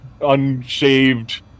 unshaved